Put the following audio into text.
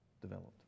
developed